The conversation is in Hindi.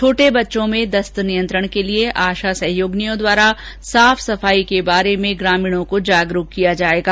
छोटे बच्चों में दस्त नियंत्रण के लिए आशा सहयोगिनियों द्वारा साफ सफाई के बारे में ग्रामीणों को जागरूक किया जाएगा